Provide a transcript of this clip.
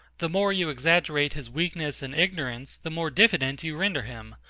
the more you exaggerate his weakness and ignorance, the more diffident you render him,